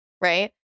Right